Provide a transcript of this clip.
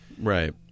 Right